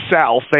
South